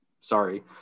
sorry